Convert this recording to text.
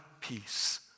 peace